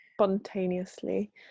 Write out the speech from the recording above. spontaneously